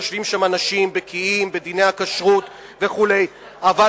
יושבים שם אנשים בקיאים בדיני הכשרות וכו', אבל